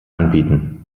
anbieten